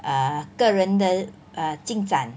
err 个人的 err 进展